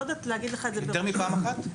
יותר מפעם אחת?